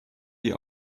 die